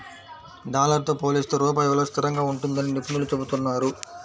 dollar తో పోలిస్తే రూపాయి విలువ స్థిరంగా ఉంటుందని నిపుణులు చెబుతున్నారు